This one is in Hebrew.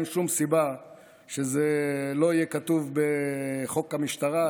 ואין שום סיבה שזה לא יהיה כתוב בחוק המשטרה.